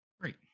Great